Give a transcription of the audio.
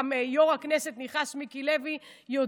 גם יו"ר הכנסת מיקי לוי נכנס,